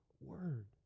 word